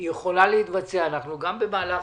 היא יכולה להתבצע, אנחנו גם במהלך